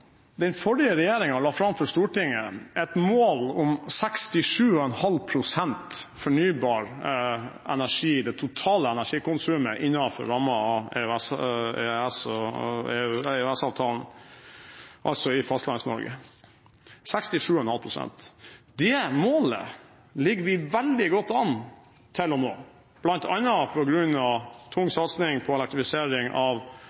den forrige regjeringen la fram for Stortinget et mål om 67,5 pst. fornybar energi i det totale energikonsumet innenfor rammen av EØS-avtalen, altså i Fastlands-Norge. Det målet ligger vi veldig godt an til å nå, bl.a. på grunn av tung satsing på fornybar energi i oppvarmingen av hus, utfasing av oljefyring, elektrifisering av